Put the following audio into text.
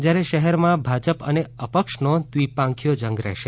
જયારે શહેરમાં ભાજપ અને અપક્ષનો દ્રીપાંખીયો જંગ રહેશે